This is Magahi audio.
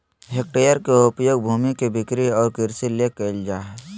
हेक्टेयर के उपयोग भूमि के बिक्री और कृषि ले कइल जाय हइ